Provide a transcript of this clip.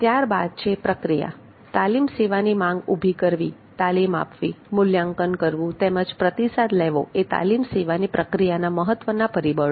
ત્યારબાદ છે પ્રક્રિયા તાલીમ સેવાની માંગ ઉભી કરવી તાલીમ આપવી મૂલ્યાંકન કરવું તેમજ પ્રતિસાદ લેવો એ તાલીમ સેવાની પ્રક્રિયાના મહત્વના પરિબળો છે